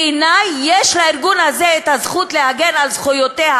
בעיני יש לארגון הזה זכות להגן על זכויותיה